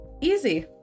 Easy